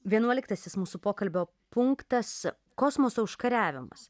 vienuoliktasis mūsų pokalbio punktas kosmoso užkariavimas